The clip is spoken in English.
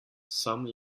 some